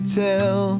tell